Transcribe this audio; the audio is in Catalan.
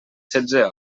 setze